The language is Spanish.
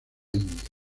india